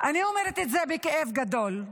אני אומרת את זה בכאב גדול,